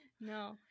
no